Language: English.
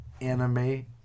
anime